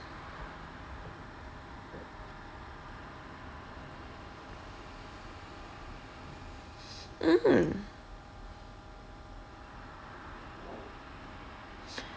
mmhmm